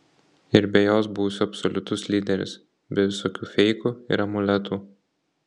ir be jos būsiu absoliutus lyderis be visokių feikų ir amuletų